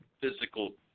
physical